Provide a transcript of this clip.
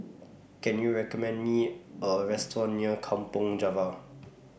Can YOU recommend Me A Restaurant near Kampong Java